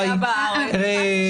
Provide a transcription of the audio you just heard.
אגב,